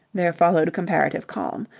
there followed comparative calm.